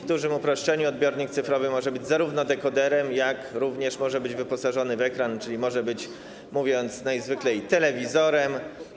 W dużym uproszczeniu odbiornik cyfrowy może być dekoderem, jak również może być wyposażony w ekran, czyli może być, mówiąc najzwyklej, telewizorem.